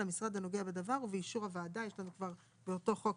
המשרד הנוגע בדבר ובאישור הוועדה." יש לנו כבר באותו חוק